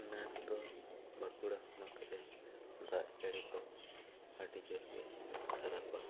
ᱱᱮᱥ ᱫᱚ ᱵᱟᱸᱠᱩᱲᱟ ᱦᱚᱱᱚᱛ ᱨᱮ ᱫᱟᱜ ᱡᱟᱹᱲᱤ ᱫᱚ ᱟᱹᱰᱤ ᱡᱳᱨ ᱜᱮ ᱠᱷᱟᱨᱟᱵᱟ